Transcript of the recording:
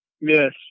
Yes